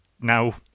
now